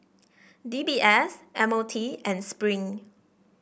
D B S M O T and Spring